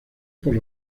por